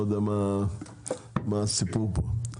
לא יודע מה הסיפור פה.